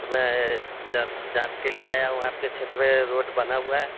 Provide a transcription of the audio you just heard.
तो मैं जांच जांच के लिए आया हूँ आपके क्षेत्र में रोड बना हुआ है